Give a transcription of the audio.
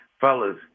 Fellas